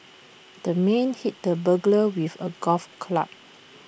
the man hit the burglar with A golf club